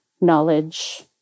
Knowledge